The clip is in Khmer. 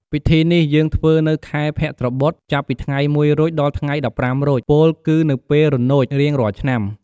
ពិធីនេះយើងធ្វើនៅខែភទ្របទ ចាប់ពីថ្ងៃ១រោច ដល់១៥រោច ពោលគឺនៅពេលរនោច រៀងរាល់ឆ្នាំ។